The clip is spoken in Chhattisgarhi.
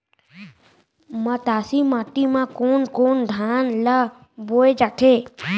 मटासी माटी मा कोन कोन धान ला बोये जाथे?